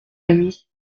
ami